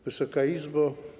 Wysoka Izbo!